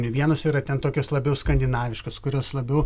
vienos yra ten tokios labiau skandinaviškos kurios labiau